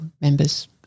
members